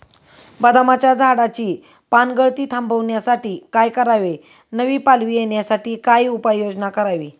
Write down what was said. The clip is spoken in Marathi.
बदामाच्या झाडाची पानगळती थांबवण्यासाठी काय करावे? नवी पालवी येण्यासाठी काय उपाययोजना करावी?